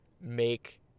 make